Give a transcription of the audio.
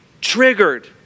triggered